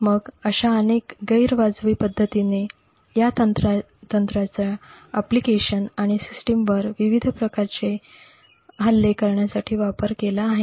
मग अश्या अनेक गैरवाजवी पद्धतीने या तंत्राचा अनुप्रयोग आणि सिस्टमवर विविध प्रकारचे हल्ले करण्यासाठी वापर केला आहे